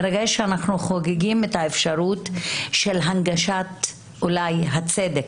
מרגש שאנחנו חוגגים את האפשרות של אולי הנגשת הצדק,